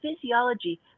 physiology